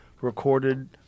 recorded